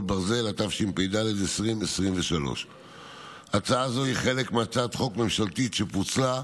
התשפ"ד 2023. הצעה זו היא חלק מהצעת חוק ממשלתית שפוצלה.